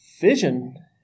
vision